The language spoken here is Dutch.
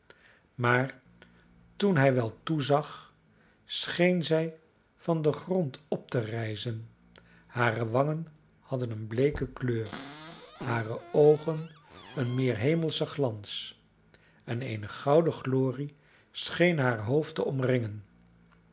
maar toen hij wel toezag scheen zij van den grond op te rijzen hare wangen hadden een bleeke kleur hare oogen een meer hemelschen glans en eene gouden glorie scheen haar hoofd te omringen